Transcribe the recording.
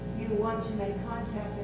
you want to make